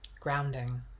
Grounding